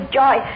joy